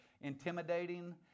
intimidating